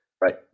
Right